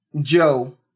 Joe